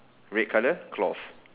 red colour cloth